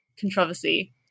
controversy